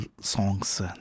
songs